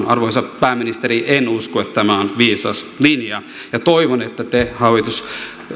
arvoisa pääministeri en usko että tämä on viisas linja ja toivon että te hallitus